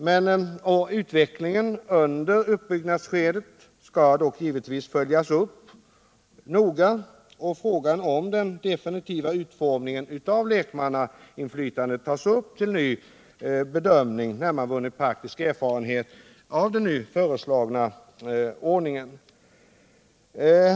Men utvecklingen under uppbyggnadsskedet skall dock givetvis noga följas upp. Frågan om den definitiva utformningen av lekmannainflytandet tas upp till ny bedömning när man vunnit praktisk erfarenhet av den nu föreslagna ordningen.